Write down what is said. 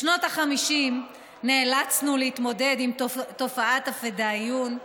בשנות ה-50 נאלצנו להתמודד עם תופעת הפדאיון,